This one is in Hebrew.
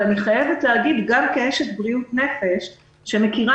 אבל אני חייבת להגיד גם כאשת בריאות נפש שמכירה